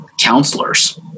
counselors